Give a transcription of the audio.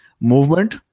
movement